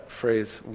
phrase